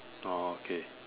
orh okay